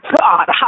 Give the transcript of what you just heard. God